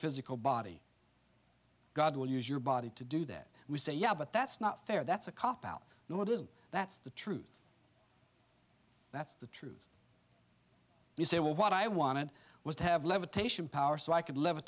physical body god will use your body to do that we say yeah but that's not fair that's a cop out no it isn't that's the truth that's the truth you say well what i wanted was to have levitation power so i could l